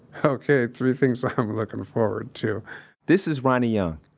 okay, three things looking forward to this is ronnie young.